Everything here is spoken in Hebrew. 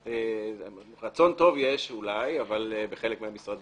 רצון טוב יש אולי בחלק מהמשרדים,